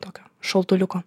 tokio šaltuliuko